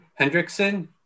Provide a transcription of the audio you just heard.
Hendrickson